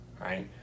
right